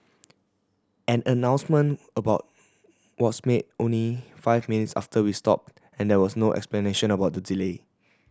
an announcement about was made only five minutes after we stopped and there was no explanation about the delay